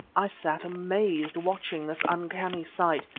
i sat amazed watching this uncanny sight,